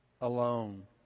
alone